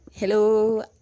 Hello